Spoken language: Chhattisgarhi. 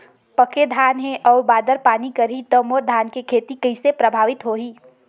पके धान हे अउ बादर पानी करही त मोर धान के खेती कइसे प्रभावित होही?